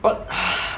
but